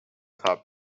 top